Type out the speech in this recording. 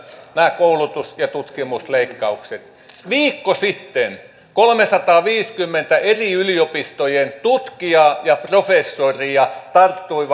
nämä koulutus ja tutkimusleikkaukset viikko sitten kolmesataaviisikymmentä eri yliopistojen tutkijaa ja professoria tarttui